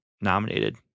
nominated